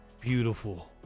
Beautiful